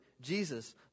Jesus